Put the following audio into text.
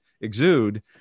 exude